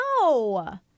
no